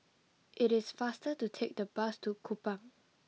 it is faster to take the bus to Kupang